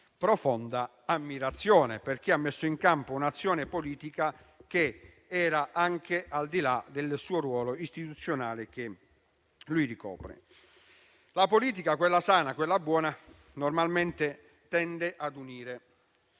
profonda ammirazione, perché ha messo in campo un'azione politica, che era anche al di là del ruolo istituzionale che ricopre. La politica, quella sana e buona, normalmente tende ad unire